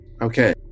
Okay